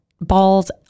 balls